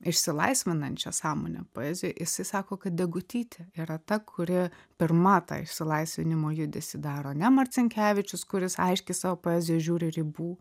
išsilaisvinančią sąmonę poezijoj jisai sako kad degutytė yra ta kuri per matą išsilaisvinimo judesį daro ne marcinkevičius kuris aiškiai savo poezijoj žiūri ribų